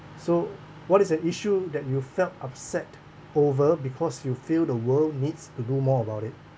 so what is an issue that you felt upset over because you feel the world needs to do more about it